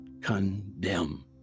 condemn